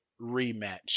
rematch